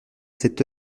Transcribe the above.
cette